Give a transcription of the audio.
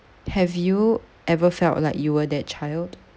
have you ever felt like you were that child